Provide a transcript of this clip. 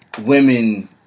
women